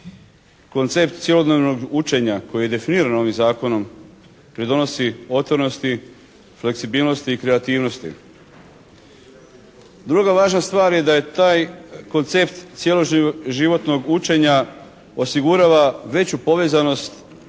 koncept cjelodnevnog učenja koji je definiran ovim Zakonom pridonosi otvorenosti, fleksibilnosti i kreativnosti. Druga važna stvar je da je taj koncept cjeloživotnog učenja osigurava veću povezanost